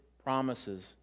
promises